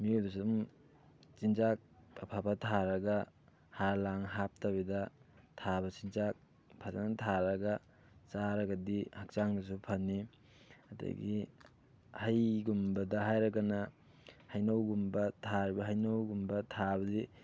ꯃꯤꯑꯣꯏꯕꯗꯁꯨ ꯑꯗꯨꯝ ꯆꯤꯟꯖꯥꯛ ꯑꯐꯕ ꯊꯥꯔꯒ ꯍꯥꯔ ꯂꯥꯡ ꯍꯥꯞꯇꯕꯤꯗ ꯊꯥꯕ ꯆꯤꯟꯖꯥꯛ ꯐꯖꯅ ꯊꯥꯔꯒ ꯆꯥꯔꯒꯗꯤ ꯍꯛꯆꯥꯡꯗꯁꯨ ꯐꯅꯤ ꯑꯗꯒꯤ ꯍꯩꯒꯨꯝꯕꯗ ꯍꯥꯏꯔꯒꯅ ꯍꯩꯅꯧꯒꯨꯝꯕ ꯊꯥꯔꯤꯕ ꯍꯩꯅꯧꯒꯨꯝꯕ ꯊꯥꯕꯗꯤ